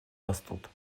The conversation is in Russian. растут